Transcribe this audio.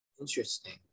Interesting